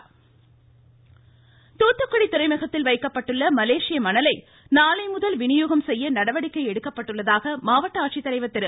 இருவரி தூத்துக்குடி தூத்துக்குடி துறைமுகத்தில் வைக்கப்பட்டுள்ள மலேசிய மணலை நாளைமுதல் விநியோகம் செய்ய நடவடிக்கை எடுக்கப்பட்டுள்ளதாக மாவட்ட ஆட்சித்தலைவர் திரு